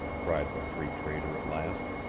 cried the free trader at last.